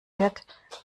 wird